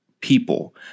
people